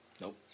Nope